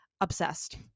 obsessed